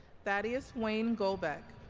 thaddeus wayne golbeck